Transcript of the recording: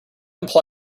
imply